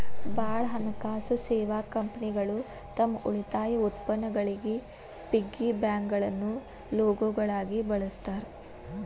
ಭಾಳ್ ಹಣಕಾಸು ಸೇವಾ ಕಂಪನಿಗಳು ತಮ್ ಉಳಿತಾಯ ಉತ್ಪನ್ನಗಳಿಗಿ ಪಿಗ್ಗಿ ಬ್ಯಾಂಕ್ಗಳನ್ನ ಲೋಗೋಗಳಾಗಿ ಬಳಸ್ತಾರ